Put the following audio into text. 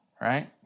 right